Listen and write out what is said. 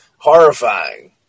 Horrifying